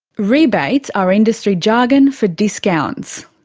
rebates are industry jargon for discounts.